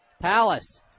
Palace